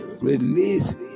Release